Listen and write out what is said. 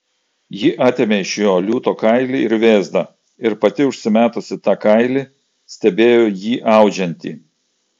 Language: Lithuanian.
ji atėmė iš jo liūto kailį ir vėzdą ir pati užsimetusi tą kailį stebėjo jį audžiantį